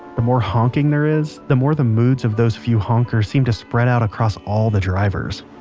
the more honking there is, the more the moods of those few honkers seems to spread out across all the drivers.